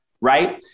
right